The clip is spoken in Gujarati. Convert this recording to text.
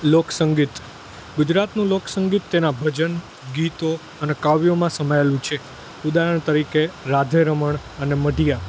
લોક સંગીત ગુજરાતનું લોક સંગીત તેનાં ભજન ગીતો અને કાવ્યોમાં સમાયેલું છે ઉદાહરણ તરીકે રાધે રમણ અને મઢીયા